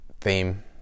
theme